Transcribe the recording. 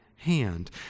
hand